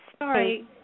Sorry